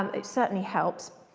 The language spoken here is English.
um it certainly helps.